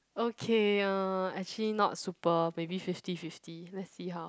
okay uh actually not super maybe fifty fifty let's see how